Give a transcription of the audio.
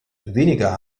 weniger